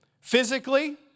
Physically